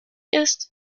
ist